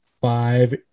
five